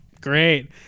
great